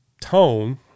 tone